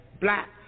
black